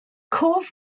cof